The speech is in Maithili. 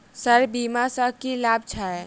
सर बीमा सँ की लाभ छैय?